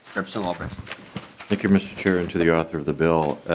and albright thank you mr. chair and to the author of the bill